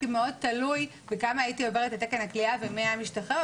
כי הוא מאוד תלוי בכמה הייתי עוברת את תקן הכליאה ומי היה משתחרר.